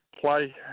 play